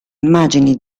immagini